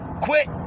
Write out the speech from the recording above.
quit